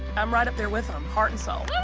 i'm right up there with them, heart and soul.